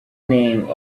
name